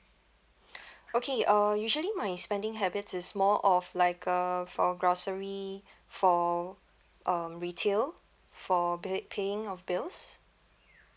okay uh usually my spending habits is more of like uh for grocery for um retail for pay paying of bills